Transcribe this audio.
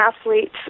athletes